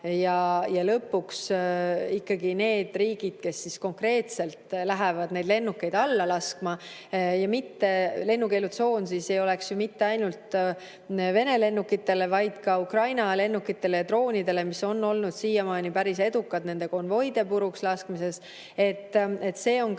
olema] ikkagi need riigid, kes konkreetselt lähevad neid lennukeid alla laskma. Lennukeelutsoon ei oleks ju mitte ainult Vene lennukitele, vaid ka Ukraina lennukitele ja droonidele, mis on olnud siiani päris edukad konvoide purukslaskmisel – see on see,